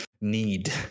need